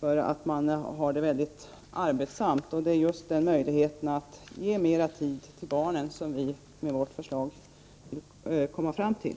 för den mycket arbetsamma situationen. Det är just möjligheten att få mera tid för barnen som vi med vårt förslag vill komma fram till.